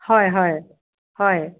হয় হয় হয়